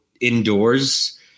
indoors